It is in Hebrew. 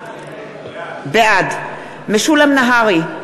בעד משולם נהרי,